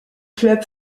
club